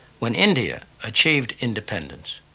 when india achieved independence,